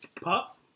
Pop